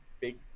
big